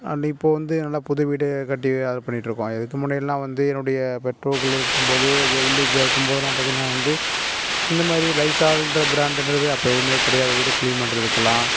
and இப்போ வந்து நல்லா புது வீடு கட்டி அது பண்ணிட்டுருக்கோம் இதுக்கு முன்னாடி எல்லாம் வந்து என்னுடைய பெற்றோர்கள் இருக்கும்போது வி வில்லேஜில் இருக்கும்போது எல்லாம் பார்த்தீங்கன்னா வந்து இந்த மாதிரி லைஸால் இந்த பிராண்டுன்றது அப்போ எதுவுமே கிடையாது வீடை கிளீன் பண்ணுறதுக்கெல்லாம்